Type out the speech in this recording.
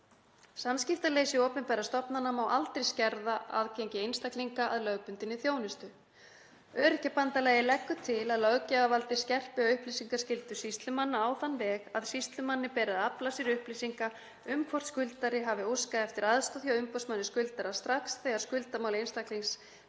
Samskiptaleysi opinberra stofnanna má aldrei skerða aðgengi einstaklinga að lögbundinni þjónustu. ÖBÍ leggur til að löggjafarvaldið skerpi á upplýsingarskyldu sýslumanna á þann veg að sýslumanni beri að afla sér upplýsinga um hvort skuldari hafi óskað eftir aðstoð hjá umboðsmanni skuldara strax þegar skuldamál einstaklings